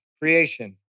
creation